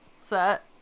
Set